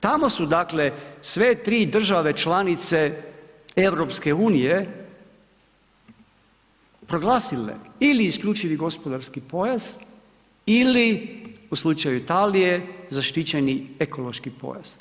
Tamo su dakle sve 3 države članice EU proglasile ili isključivi gospodarski pojas ili u slučaju Italije zaštićeni ekološki pojas.